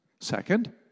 Second